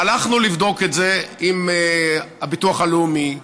הלכנו לבדוק את זה עם הביטוח הלאומי,